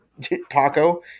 Paco